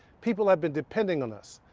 people have been depending on us,